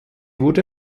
wurde